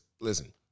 listen